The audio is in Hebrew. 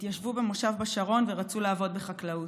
התיישבו במושב בשרון ורצו לעבוד בחקלאות.